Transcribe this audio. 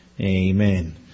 Amen